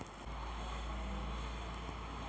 జైద్ కాలం అంటే ఏంది?